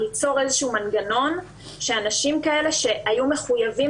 ליצור איזשהו מנגנון שאנשים כאלה שהיו מחויבים